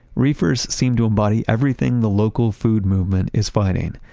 reefers seem to embody everything the local food movement is fighting.